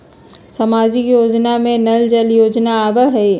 सामाजिक योजना में नल जल योजना आवहई?